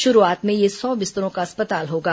शुरूआत में यह सौ बिस्तरों का अस्पताल होगा